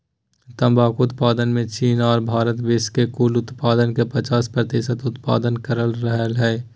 तंबाकू उत्पादन मे चीन आर भारत विश्व के कुल उत्पादन के पचास प्रतिशत उत्पादन कर रहल हई